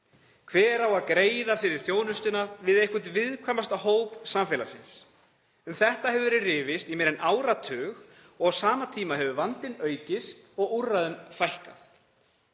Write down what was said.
Hver á að greiða fyrir þjónustuna við einhvern viðkvæmasta hóp samfélagsins? Um þetta hefur verið rifist í meira en áratug og á sama tíma hefur vandinn aukist og úrræðum fækkað.